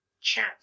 chat